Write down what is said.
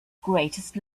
greatest